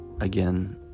again